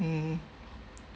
mm